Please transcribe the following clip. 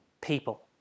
people